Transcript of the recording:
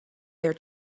their